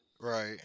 Right